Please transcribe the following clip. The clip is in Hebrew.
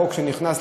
חברי חברי הכנסת,